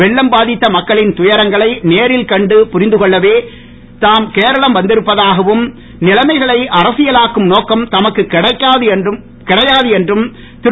வெள்ளம் பாதித்த மக்களின் துயரங்களை நேரில் கண்டு புரிந்துகொள்ளவே நாம் கேரளம் வந்திருப்பதாகவும் நிலைமைகளை அரசியல் ஆக்கும் நோக்கம் தமக்கு கிடையாது என்றும் திரு